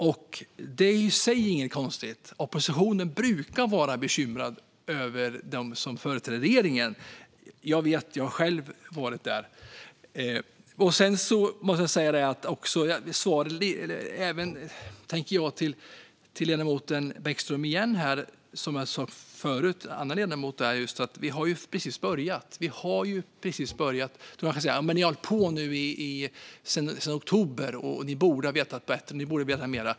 Detta är i sig inget konstigt; oppositionen brukar vara bekymrad över dem som företräder regeringen. Jag vet - jag har själv varit där. Som jag sa tidigare till en annan ledamot: Vi har ju precis börjat. Man kan säga att vi har hållit på sedan i oktober och att vi borde ha vetat bättre och vetat mer.